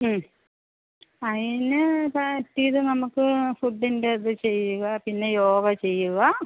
അതിന് പറ്റീത് നമുക്ക് ഫുഡിൻ്റെ ഇത് ചെയ്യുക പിന്നെ യോഗ ചെയ്യുക